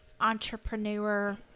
entrepreneur